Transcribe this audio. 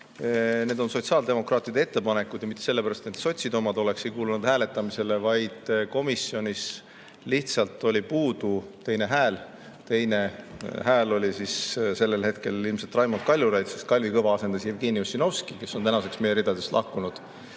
need on sotsiaaldemokraatide ettepanekud. Mitte sellepärast, et need sotside omad on, ei kuulu need hääletamisele, vaid komisjonis lihtsalt oli puudu teine hääl. Teine hääl oli sellel hetkel ilmselt Raimond Kaljulaid, sest Kalvi Kõva asendas Jevgeni Ossinovskit, kes on tänaseks meie ridadest lahkunud.